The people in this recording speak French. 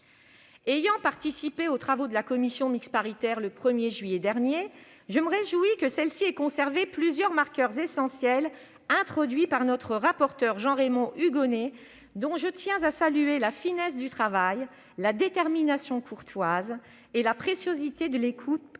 Ayant participé aux travaux de la commission mixte paritaire, le 1 juillet dernier, je me réjouis que celle-ci ait conservé plusieurs marqueurs essentiels introduits par notre rapporteur Jean-Raymond Hugonet, dont je tiens à saluer la finesse du travail, la détermination courtoise et le caractère précieux de l'écoute,